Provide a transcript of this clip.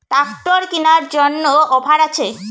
Tractor কেনার জন্য offer আছে?